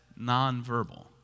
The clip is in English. nonverbal